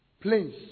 planes